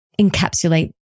encapsulate